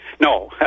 No